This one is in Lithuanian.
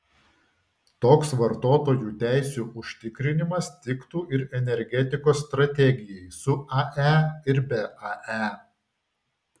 toks vartotojų teisių užtikrinimas tiktų ir energetikos strategijai su ae ir be ae